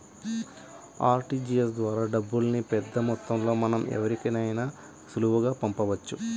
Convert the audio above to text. RTGS ద్వారా డబ్బుల్ని పెద్దమొత్తంలో మనం ఎవరికైనా సులువుగా పంపించవచ్చు